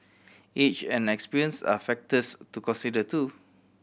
age and experience are factors to consider too